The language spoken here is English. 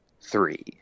three